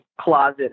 closet